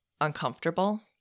uncomfortable